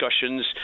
discussions